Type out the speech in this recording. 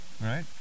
Right